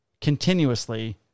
continuously